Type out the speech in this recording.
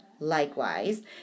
likewise